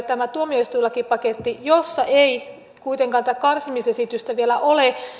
tämä tuomioistuinlakipaketti jossa ei kuitenkaan tätä karsimisesitystä vielä ole